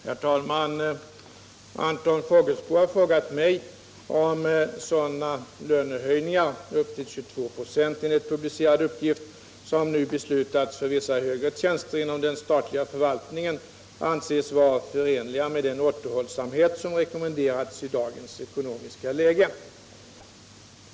Herr talman! Anton Fågelsbo har frågat mig om sådana lönehöjningar — upp till 22 96, enligt publicerad uppgift — som nu beslutats för vissa högre tjänster inom den statliga förvaltningen anses vara förenliga med den återhållsamhet som rekommenderats i dagens ekonomiska läge.